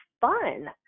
fun